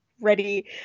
ready